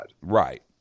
Right